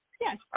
Yes